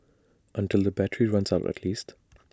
until the battery runs out at least